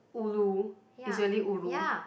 ulu is really ulu